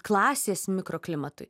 klasės mikroklimatui